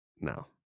no